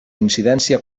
incidència